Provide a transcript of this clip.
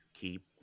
keep